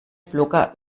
blogger